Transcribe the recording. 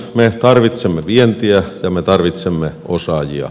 me tarvitsemme vientiä ja me tarvitsemme osaajia